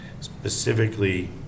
specifically